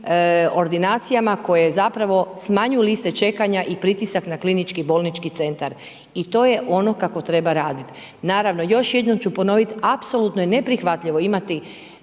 ordinacijama koje je zapravo smanjuju liste čekanja i pritisak na klinički bolnički centar. I to je ono kako treba raditi. Naravno još jednom ću ponoviti, apsolutno je neprihvatljivo imati